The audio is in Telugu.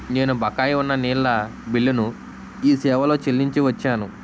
నేను బకాయి ఉన్న నీళ్ళ బిల్లును ఈ సేవాలో చెల్లించి వచ్చాను